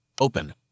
Open